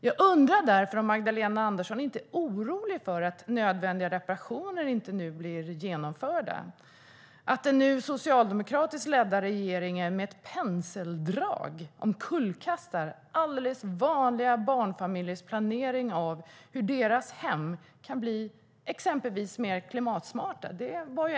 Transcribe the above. Jag undrar därför om Magdalena Andersson inte är orolig för att nödvändiga reparationer nu inte blir genomförda. Den socialdemokratiskt ledda regeringen omkullkastar med ett penseldrag alldeles vanliga barnfamiljers planering för hur deras hem ska bli exempelvis mer klimatsmarta.